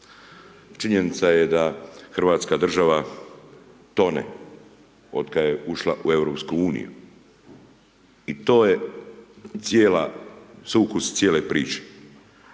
Činjenica je da Hrvatska država tone od kad je ušla u Europsku uniju i